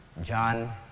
John